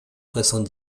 soixante